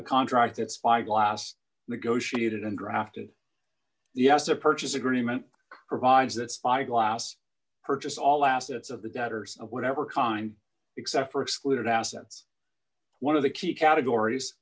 a contract that spyglass negotiated and drafted yes a purchase agreement provides that spyglass purchase all assets of the debtors of whatever kind except for excluded assets one of the key categories